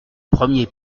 premier